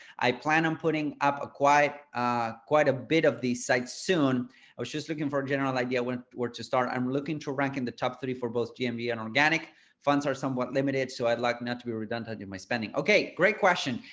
i plan on putting up a quite ah quite a bit of these sites soon. i was just looking for a general idea where where to start, i'm looking to rank in the top three for both gmv and organic funds are somewhat limited. so i'd like not to be redundant in my spending. okay, great question.